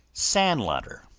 sandlotter,